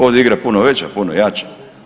Ovdje je igra puno veća, puno jača.